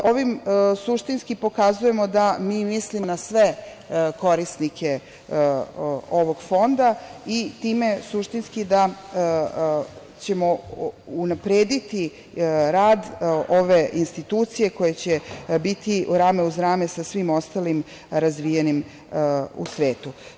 Ovim suštinski pokazujemo da mi mislimo na sve korisnike ovog Fonda i time suštinski da ćemo unaprediti rad ove institucije koja će biti rame uz rame sa svim ostalim razvijenim u svetu.